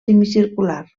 semicircular